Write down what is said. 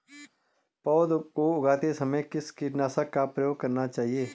पौध को उगाते समय किस कीटनाशक का प्रयोग करना चाहिये?